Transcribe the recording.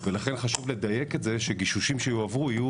ולכן חשוב לדייק את זה שגישושים שיועברו יהיו